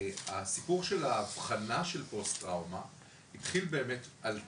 הסיפור של האבחנה של פוסט טראומה התחיל באמת על חיילים,